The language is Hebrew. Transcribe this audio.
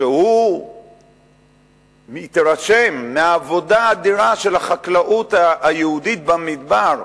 שהוא מתרשם מהעבודה האדירה של החקלאות היהודית במדבר.